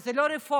כי זו לא רפורמה,